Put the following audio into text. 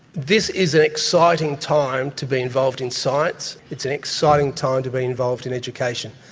this is an exciting time to be involved in science. it's an exciting time to be involved in education.